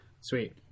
Sweet